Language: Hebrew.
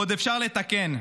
ועוד אפשר לתקן.